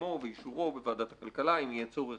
וקידומו ואישורו בוועדת הכלכלה, אם יהיה צורך